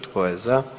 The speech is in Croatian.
Tko je za?